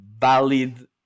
valid